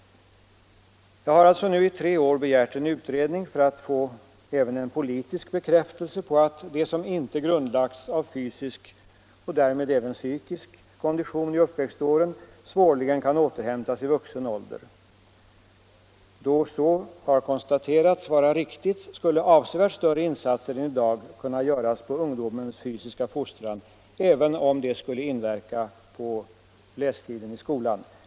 Jag har nu i tre år begärt en utredning för att få även en politisk bekräftelse på att det som inte grundlagts av fysisk — och därmed även psykisk — kondition i uppväxtåren svårligen kan återhämtas i vuxen ålder. Då så har konstaterats vara riktigt skulle avsevärt större insatser än i dag göras på ungdomens fysiska fostran, även om det skulle inverka på lästiden i skolan.